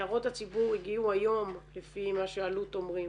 הערות הציבור הגיעו היום לפי מה שאלו"ט אומרים.